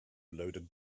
loaded